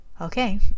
Okay